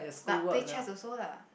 but play chess also lah